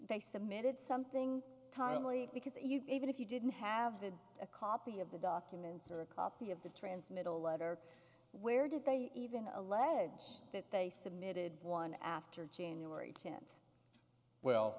they submitted something timely because even if you didn't have the a copy of the documents or a copy of the transmittal letter where did they even allege that they submitted one after january tenth well